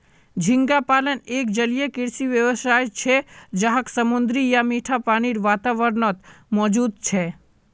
झींगा पालन एक जलीय कृषि व्यवसाय छे जहाक समुद्री या मीठा पानीर वातावरणत मौजूद छे